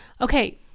Okay